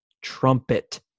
Trumpet